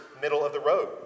middle-of-the-road